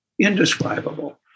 indescribable